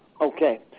Okay